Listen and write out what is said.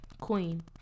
Queen